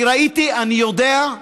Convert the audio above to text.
אני ראיתי, אני יודע,